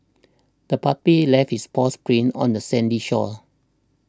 the puppy left its paws prints on the sandy shore